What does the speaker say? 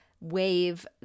wave